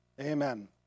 Amen